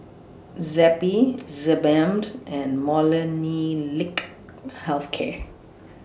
Zappy Sebamed and Molnylcke Health Care